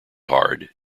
hard